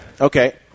Okay